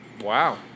wow